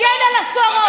הגן על הסוהרות.